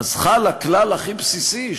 אז חל הכלל הכי בסיסי,